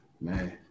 Man